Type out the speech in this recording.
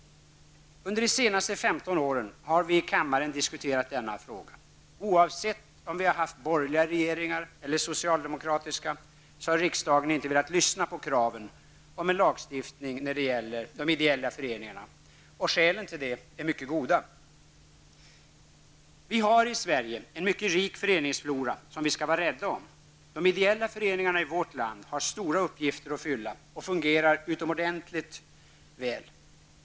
Under de senaste 15 åren har vi i kammaren diskuterat denna fråga. Oavsett om vi har haft borgerliga regeringar eller socialdemokratiska, så har riksdagen inte velat lyssna på kraven om en lagstiftning när det gäller de ideella föreningarna. Skälen till detta är mycket goda. Vi har i Sverige en mycket rik föreningsflora, som vi skall vara rädda om. De ideella föreningarna i vårt land har stora uppgifter att fylla, och de fungerar utomordentligt väl.